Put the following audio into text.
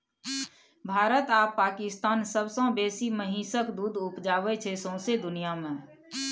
भारत आ पाकिस्तान सबसँ बेसी महिषक दुध उपजाबै छै सौंसे दुनियाँ मे